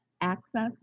Access